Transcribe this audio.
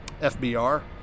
FBR